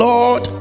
Lord